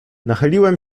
nachyliłem